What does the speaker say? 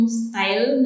style